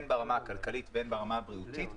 הן ברמה הכלכלית והן ברמה הבריאותית,